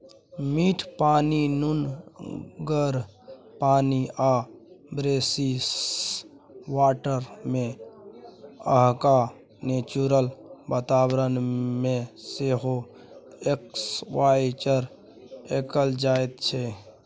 मीठ पानि, नुनगर पानि आ ब्रेकिसवाटरमे अधहा नेचुरल बाताबरण मे सेहो एक्वाकल्चर कएल जाइत छै